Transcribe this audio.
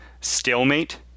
stalemate